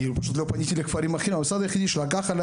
אני פשוט לא פניתי לכפרים אחרים אבל המוסד היחידי שלקח עלי